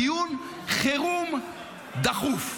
דיון חירום דחוף.